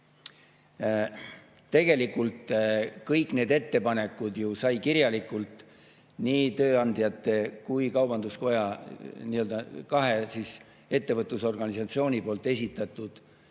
Tegelikult kõik need ettepanekud said kirjalikult nii tööandjate kui kaubanduskoja, kahe ettevõtlusorganisatsiooni poolt esitatud